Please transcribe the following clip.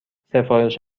سفارش